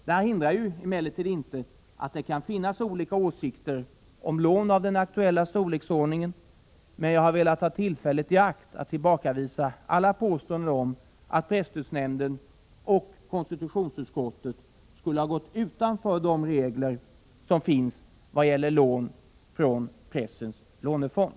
Detta hindrar emellertid inte att det kan finnas olika åsikter om lån av den aktuella storleksordningen, men jag har velat ta detta tillfälle i akt att bestämt tillbakavisa alla påståenden om att presstödsnämnden och konstitutionsutskottet skulle ha gått utanför de regler som finns vad gäller lån från pressens lånefond.